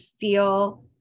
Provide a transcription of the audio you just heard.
feel